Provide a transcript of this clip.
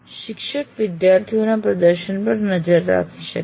શિક્ષક વિદ્યાર્થીઓના પ્રદર્શન પર નજર રાખી શકે છે